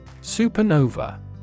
supernova